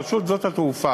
רשות שדות התעופה,